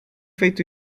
feito